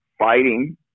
fighting